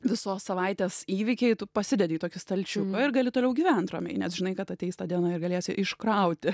visos savaitės įvykiai tu pasidedi į tokį stalčiuką ir gali toliau gyventi ramiai nes žinai kad ateis ta diena ir galėsi iškrauti